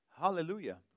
Hallelujah